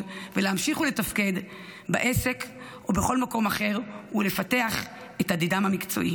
ולהמשיך לתפקד בעסק ובכל מקום אחר ולפתח את עתידם המקצועי,